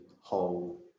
whole